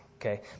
okay